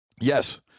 yes